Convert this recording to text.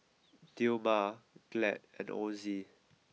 Dilmah Glad and Ozi